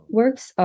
works